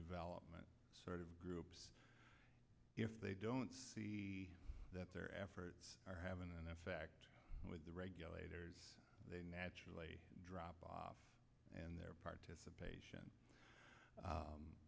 development groups if they don't see that their efforts are having an effect with the regulators they naturally drop off and their participation